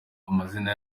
amazina